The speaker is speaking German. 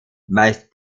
meist